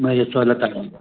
भई इहा सहूलियत था ॾियूं